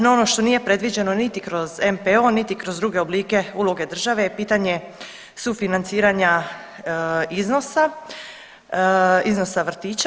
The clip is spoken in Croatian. No, ono što nije predviđeno niti kroz NPO, niti kroz druge oblike uloge države je pitanje sufinanciranja iznosa vrtića.